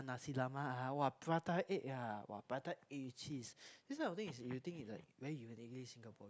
Nasi-Lemak ah !wah! prata egg ah !wah! prata egg with cheese this kind of thing is you think like very uniquely Singaporean